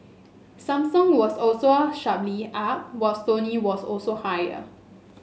Samsung was also sharply up while Sony was also higher